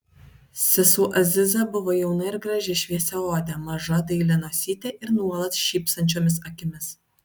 sesuo aziza buvo jauna ir graži šviesiaodė maža dailia nosyte ir nuolat šypsančiomis akimis